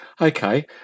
Okay